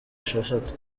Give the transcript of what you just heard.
esheshatu